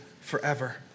forever